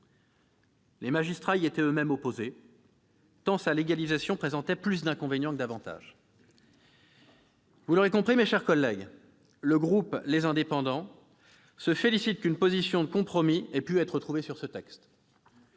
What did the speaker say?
Les magistrats y étaient eux-mêmes opposés, tant sa légalisation présentait plus d'inconvénients que d'avantages. Vous l'aurez compris, mes chers collègues, le groupe Les Indépendants - République et territoires se félicite qu'une position de compromis ait pu être trouvée sur ce texte,